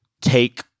take